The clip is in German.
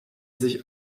sich